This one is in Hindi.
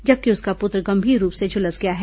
जबकि उसका पुत्र गंभीर रूप से झुलस गया है